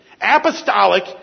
apostolic